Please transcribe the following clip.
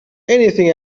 anything